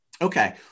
Okay